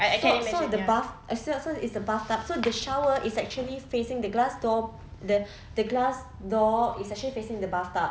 so so the bath so so is the bathtub so the shower is actually facing the glass door the the glass door is actually facing the bathtub